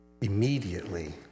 Immediately